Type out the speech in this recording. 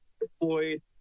deployed